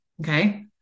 Okay